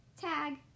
Tag